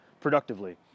productively